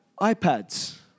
iPads